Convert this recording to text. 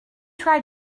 try